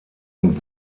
und